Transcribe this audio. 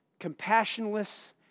compassionless